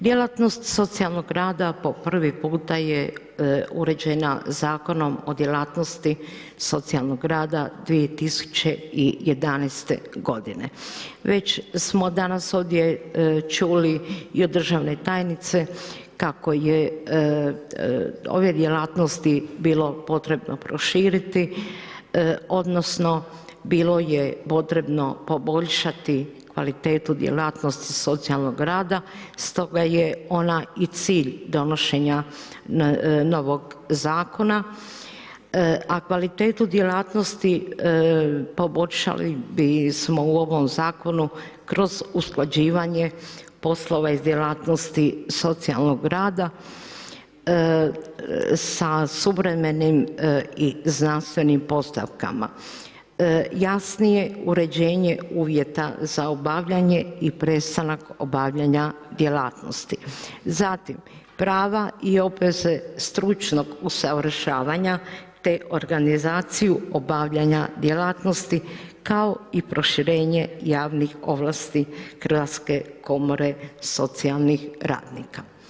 Djelatnost socijalnog rada po prvi puta je uređena Zakonom o djelatnosti socijalnog rada 2011. g. Već smo danas ovdje čuli i od državne tajnice kako je ove djelatnosti bilo potrebno proširiti odnosno bilo je potrebno poboljšati kvalitetu djelatnosti socijalnog rada stoga je ona i cilj donošenja novog zakona a kvalitetu djelatnosti poboljšali bismo u ovom zakonu kroz usklađivanje poslova iz djelatnosti socijalnog rada sa suvremenim i znanstvenim postavkama, jasnije uređenje uvjeta za obavljanje o prestanak obavljanja djelatnosti, zatim prava i obveze stručnog usavršavanja te organizaciju obavljanja djelatnosti kao i proširenje javnih ovlasti Hrvatske komore socijalnih radnika.